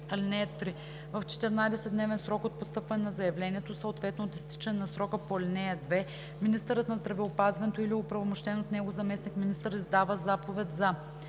(3) В 14-дневен срок от постъпване на заявлението, съответно от изтичане на срока по ал. 2, министърът на здравеопазването или оправомощен от него заместник-министър издава заповед за: